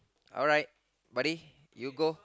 alright buddy you go